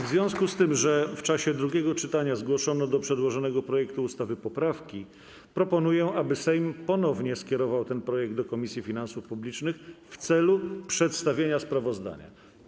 W związku z tym, że w czasie drugiego czytania zgłoszono do przedłożonego projektu ustawy poprawki, proponuję, aby Sejm ponownie skierował ten projekt do Komisji Finansów Publicznych w celu przedstawienia sprawozdania.